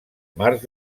mars